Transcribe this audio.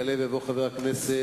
יעלה ויבוא חבר הכנסת